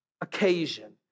occasion